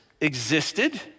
existed